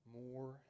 more